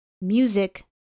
Music